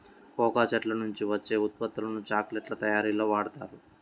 cocoa చెట్ల నుంచి వచ్చే ఉత్పత్తులను చాక్లెట్ల తయారీలో వాడుతారు